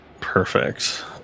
Perfect